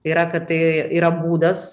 tai yra kad tai yra būdas